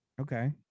Okay